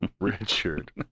Richard